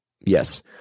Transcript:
Yes